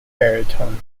baritone